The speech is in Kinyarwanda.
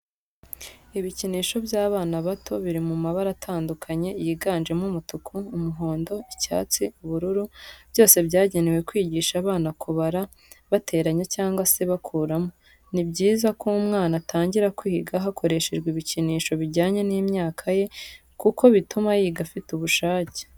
Ibikinisho by'abana bato biri mu mabara atandukanye yiganjemo umutuku, umuhondo, icyatsi, ubururu, byose byagenewe kwigisha abana kubara bateranya cyangwa se bakuramo. Ni byiza ko umwana atangira kwiga hakoreshejwe ibikinisho bijyanye n'imyaka ye kuko bituma yiga afite ubushake.